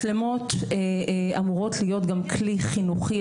מצלמות אמורות להיות גם כלי חינוכי,